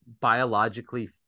biologically